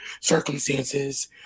circumstances